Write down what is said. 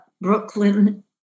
Brooklyn